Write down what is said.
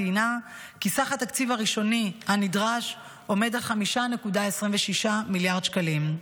ציינה כי סך התקציב הראשוני הנדרש עומד על 5.26 מיליארד שקלים.